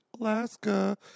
Alaska